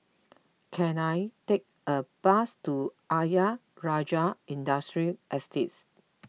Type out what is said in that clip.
can I take a bus to Ayer Rajah Industrial Estate